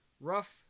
rough